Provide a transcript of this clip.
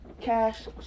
cash